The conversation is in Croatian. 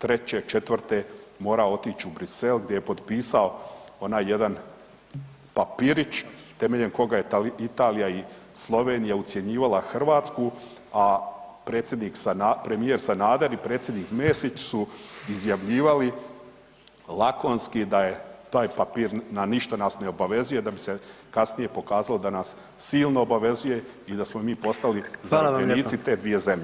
'04. morao otići u Bruxelles gdje je potpisao onaj jedan papirić temeljem koga je Italija i Slovenija ucjenjivala Hrvatsku, a predsjednik .../nerazumljivo/... premijer Sanader i predsjednik Mesić su izjavljivali lakonski da je taj papir, na ništa nas ne obavezuje da bi se kasnije pokazalo da nas silno obavezuje i da smo mi postali [[Upadica: Hvala vam lijepa.]] zarobljenici te dvije zemlje.